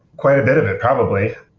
quite a bit of it, probably.